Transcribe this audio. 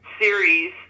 series